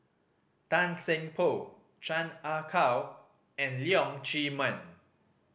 Tan Seng Poh Chan Ah Kow and Leong Chee Mun